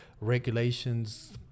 regulations